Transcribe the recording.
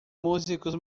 músicos